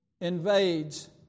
invades